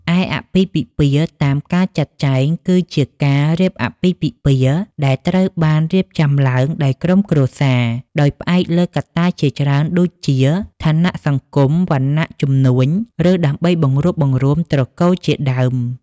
ឯអាពាហ៍ពិពាហ៍តាមការចាត់ចែង គឺជាការរៀបអាពាហ៍ពិពាហ៍ដែលត្រូវបានរៀបចំឡើងដោយក្រុមគ្រួសារ ដោយផ្អែកលើកត្តាជាច្រើនដូចជា ឋានៈសង្គម វណ្ណៈ ជំនួញ ឬដើម្បីបង្រួបបង្រួមត្រកូលជាដើម។